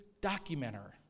documenter